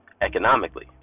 economically